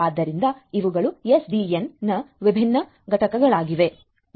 ಆದ್ದರಿಂದ ಇವುಗಳು ಎಸ್ಡಿಎನ್ ನ ವಿಭಿನ್ನ ಘಟಕಗಳಾಗಿವೆ